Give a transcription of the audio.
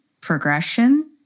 progression